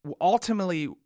ultimately